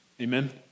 Amen